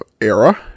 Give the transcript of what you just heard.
era